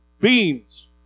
beans